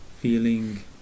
feeling